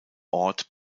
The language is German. ort